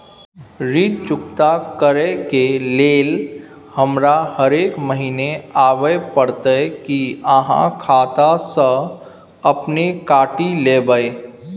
ऋण चुकता करै के लेल हमरा हरेक महीने आबै परतै कि आहाँ खाता स अपने काटि लेबै?